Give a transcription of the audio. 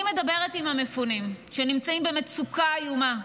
אני מדברת עם המפונים, והם נמצאים במצוקה איומה: